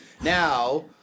Now